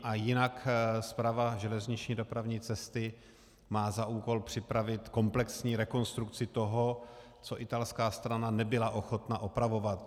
A jinak Správa železniční dopravní cesty má za úkol připravit komplexní rekonstrukci toho, co italská strana nebyla ochotna opravovat.